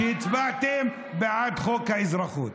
כשהצבעתם בעד חוק האזרחות.